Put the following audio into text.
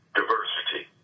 diversity